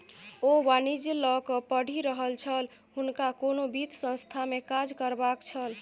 ओ वाणिज्य लकए पढ़ि रहल छल हुनका कोनो वित्त संस्थानमे काज करबाक छल